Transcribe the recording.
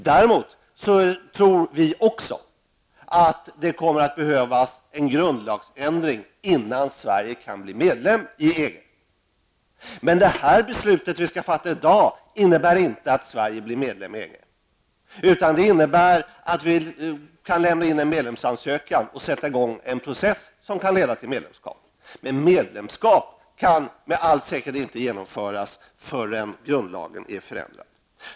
Däremot tror också viatt det kommer att behövas en grundlagsändring innan Sverige kan bli medlem i EG. Det beslut som vi skall fatta i dag innebär inte att Sverige blir medlem i EG utan det innebär att vi kan lämna in en medlemsansökan och sätta i gång en process som kan leda till medlemskap; men medlemskap kan med all säkerhet inte genomföras förrän grundlagen är ändrad.